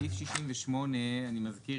סעיף 68 אני מזכיר,